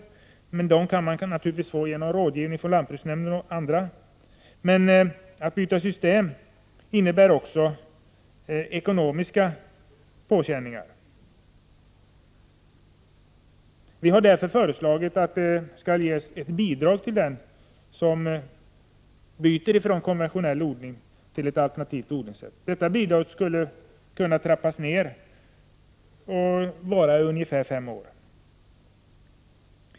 Dessa kan jordbrukarna naturligtvis få genom rådgivning från lantbruksnämnden och andra. Men att byta system innebär också ekonomiska påfrestningar för jordbrukaren. Vi har därför föreslagit att det skall ges ett bidrag till dem som övergår från konventionell odling till alternativ odling. Detta bidrag skulle efter hand kunna trappas ner och utgå under ca 5 år.